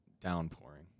downpouring